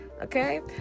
okay